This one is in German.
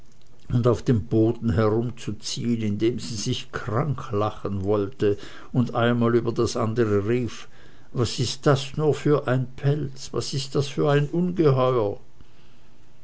und auf dem boden herumzuziehen indem sie sich krank lachen wollte und einmal über das andere rief was ist dies nur für ein pelz was ist dies für ein ungeheuer